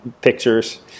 pictures